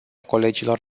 colegilor